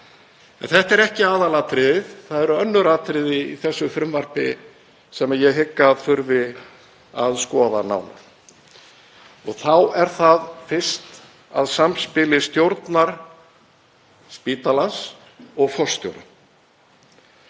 En þetta er ekki aðalatriðið. Það eru önnur atriði í frumvarpinu sem ég hygg að þurfi að skoða nánar og þá er það fyrst samspil stjórnar spítalans og forstjóra.